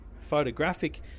photographic